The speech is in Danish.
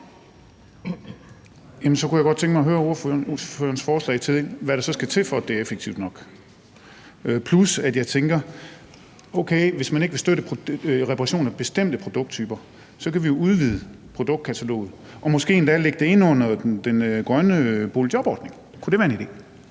så kunne jeg godt tænke mig at høre ordførerens forslag til, hvad der så skal til, for at det er effektivt nok – plus at jeg tænker: Okay, hvis man ikke vil støtte reparation af bestemte produkttyper, kan vi jo udvide produktkataloget og måske endda lægge det ind under den grønne boligjobordning. Kunne det være en idé?